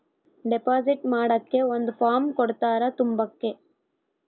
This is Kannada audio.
ಡೆಪಾಸಿಟ್ ಮಾಡಕ್ಕೆ ಒಂದ್ ಫಾರ್ಮ್ ಕೊಡ್ತಾರ ತುಂಬಕ್ಕೆ